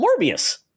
Morbius